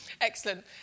Excellent